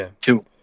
two